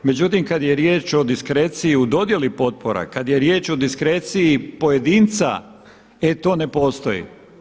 Međutim, kad je riječ o diskreciji u dodjeli potpora, kad je riječ o diskreciji pojedinca e to ne postoji.